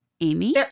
Amy